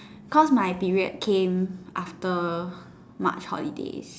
cause my period came after March holidays